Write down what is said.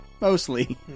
Mostly